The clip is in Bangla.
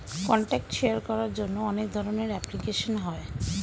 কন্ট্যাক্ট শেয়ার করার জন্য অনেক ধরনের অ্যাপ্লিকেশন হয়